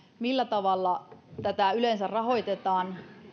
millä tavalla tätä yleensä rahoitetaan